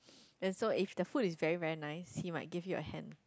then so if the food is very very nice he might give you a hand